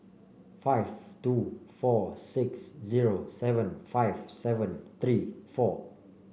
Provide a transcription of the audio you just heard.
five two four six zero seven five seven three four